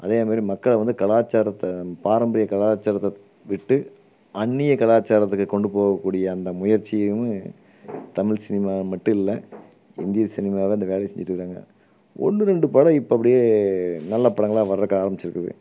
அதேமாதிரி மக்களை வந்து கலாச்சாரத்தை பாரம்பரிய கலாச்சாரத்தை விட்டு அந்நிய கலாச்சாரத்துக்கு கொண்டு போகக்கூடிய அந்த முயற்சியையும் தமிழ் சினிமா மட்டும் இல்லை இந்தியா சினிமாவில் இந்த வேலைய செஞ்சிட்டுருக்காங்க ஒன்று ரெண்டு படம் இப்போ அப்படியே நல்ல படங்களாக வரதுக்கு ஆரம்பிச்சிருக்குது